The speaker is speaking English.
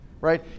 Right